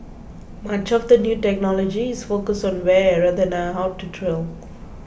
much of the new technology is focused on where rather than how to drill